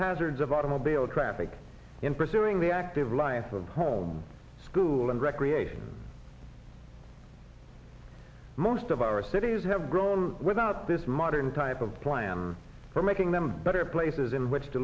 hazards of automobile traffic in pursuing the active life of home school and recreation most of our cities have grown without this modern type of plan for making them better places in which to